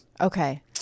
Okay